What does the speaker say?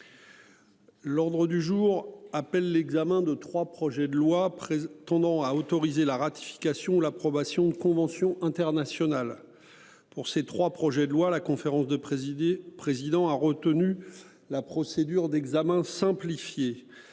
L'ordre du jour appelle l'examen de 3 projets de loi près tendant à autoriser la ratification l'approbation de conventions internationales pour ces 3 projets de loi, la conférence de présider président a retenu la procédure d'examen simplifiée.